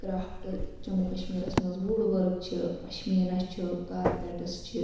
craft Jammu کَشمیٖرَس مَنٛز wood work چھ پَشمیٖنہَ چھُ کارپیٚٹس چھِ